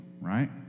right